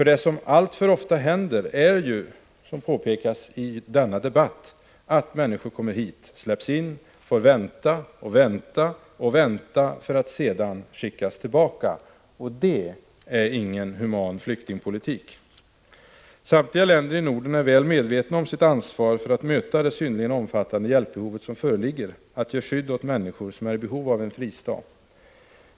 Det som alltför ofta händer är nämligen, såsom det påpekats i denna debatt, att människor kommer hit, släpps in, får vänta och åter vänta för att sedan skickas tillbaka — och det är ingen human flyktingpolitik! Samtliga länder i Norden är väl medvetna om sitt ansvar för att möta det synnerligen omfattande hjälpbehov som föreligger och ge skydd åt människor som är i behov av en fristad.